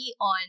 on